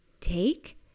take